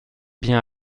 bien